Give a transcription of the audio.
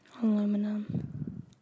Aluminum